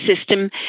system